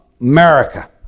America